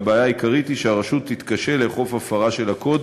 והבעיה העיקרית היא שהרשות תתקשה לאכוף הפרה של הקוד